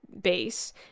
base